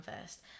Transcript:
first